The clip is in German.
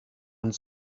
und